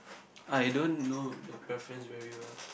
I don't know the preference very well